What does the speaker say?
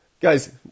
guys